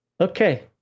Okay